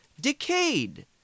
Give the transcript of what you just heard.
decayed